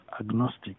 agnostic